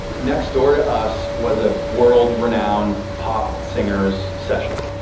next door to us was a world renowned pop singer's session.